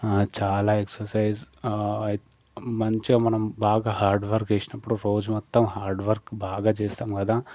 చాలా ఎక్ససైజ్ మంచిగా మనం బాగా హార్డ్వర్క్ చేసినప్పుడు రోజు మొత్తం హార్డ్వర్క్ బాగా చేస్తాం కదా